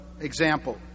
example